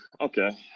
okay